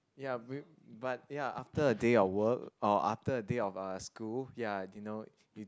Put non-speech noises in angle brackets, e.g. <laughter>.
ya <noise> but ya after a day of work or after a day of uh school ya you know you